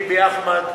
טיבי אחמד,